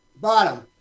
bottom